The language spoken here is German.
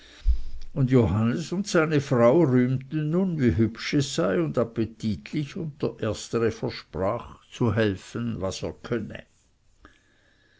und johannes und seine frau rühmten nun wie hübsch es sei und appetitlich und der erstere versprach zu helfen was er könne